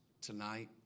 tonight